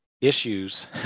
issues